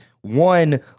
one